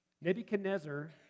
Nebuchadnezzar